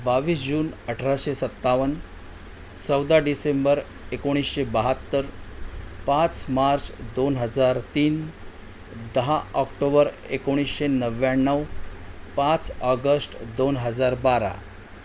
बावीस जून अठराशे सत्तावन्न चौदा डिसेंबर एकोणीसशे बाहत्तर पाच मार्च दोन हजार तीन दहा ऑक्टोबर एकोणीसशे नव्याण्णव पाच ऑगस्ट दोन हजार बारा